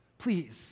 Please